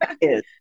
Yes